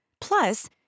Plus